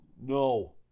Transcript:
no